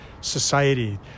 society